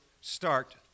start